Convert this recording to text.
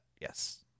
Yes